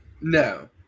No